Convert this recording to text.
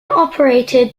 operated